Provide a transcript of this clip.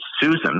Susan